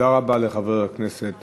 תודה רבה לחבר הכנסת